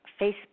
Facebook